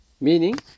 Meaning